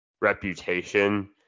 reputation